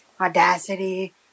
Audacity